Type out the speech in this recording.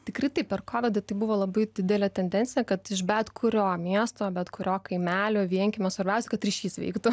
tikrai taip per kovidą tai buvo labai didelė tendencija kad iš bet kurio miesto bet kurio kaimelio vienkiemio svarbiausia kad ryšys veiktų